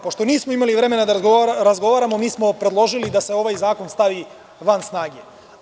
Pošto nismo imali vremena da razgovaramo mi smo predložili da se ovaj zakon stavi van snage.